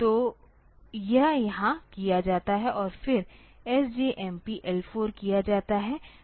तो यह यहाँ किया जाता है और फिर SJMP L4 किया जाता है